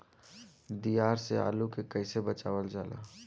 दियार से आलू के कइसे बचावल जाला?